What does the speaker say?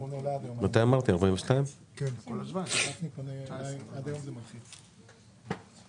ה-22 מיליון מצטרפים ל-70.